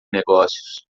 negócios